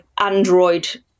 Android